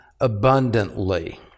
abundantly